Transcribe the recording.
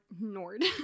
nord